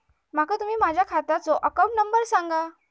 माका तुम्ही माझ्या खात्याचो अकाउंट नंबर सांगा?